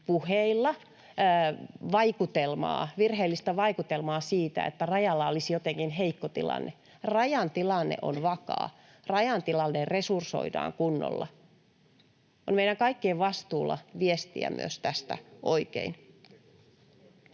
puheilla virheellistä vaikutelmaa siitä, että rajalla olisi jotenkin heikko tilanne. Rajan tilanne on vakaa. Rajan tilanne resursoidaan kunnolla. On meidän kaikkien vastuulla viestiä myös tästä oikein.